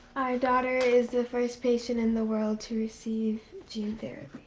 daughter is the first patient in the world to receive gene therapy.